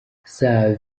sir